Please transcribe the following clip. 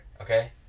Okay